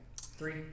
Three